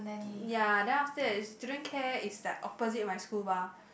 ya then after that student care is like opposite my school mah